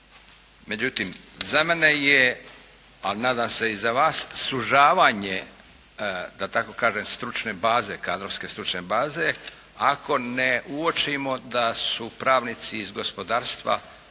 Međutim, za mene je, ali nadam se i za vas sužavanje, da tako kažem stručne baze, kadrovske stručne baze ako ne uočimo da su pravnici iz gospodarstva